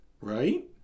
right